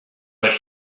but